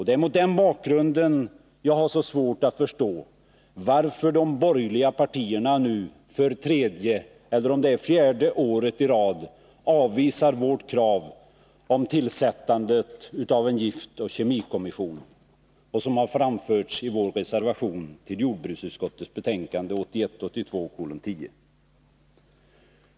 Det är mot den bakgrunden jag har så svårt att förstå varför de borgerliga partierna nu för tredje eller fjärde året i rad avvisar vårt krav om tillsättande av en giftoch kemikommission som framförts i vår reservation till jordbruksutskottets betänkande 1981/82:10.